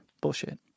Bullshit